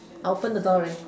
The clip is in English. open the door ready